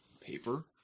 Paper